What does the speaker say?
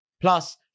Plus